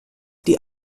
die